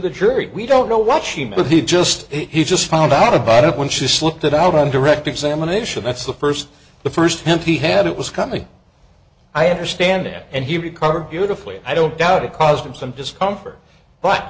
the jury we don't know what she but he just he just found out about it when she slipped it out on direct examination that's the first the first attempt he had it was coming i understand it and he recovered beautifully i don't doubt it caused him some discomfort but